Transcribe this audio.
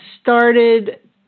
started